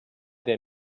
der